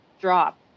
drop